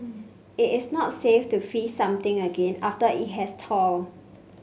it is not safe to freeze something again after it has thawed